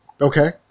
Okay